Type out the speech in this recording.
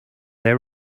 they